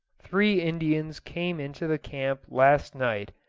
three indians came into the camp last night,